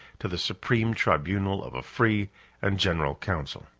to the supreme tribunal of a free and general council.